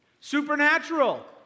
supernatural